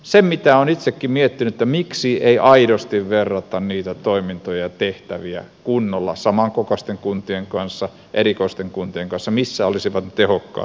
se mitä olen itsekin miettinyt on se miksi ei aidosti verrata niitä toimintoja ja tehtäviä kunnolla samankokoisten kuntien kanssa ja erikokoisten kuntien kanssa missä olisivat ne tehokkaat mallit